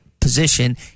position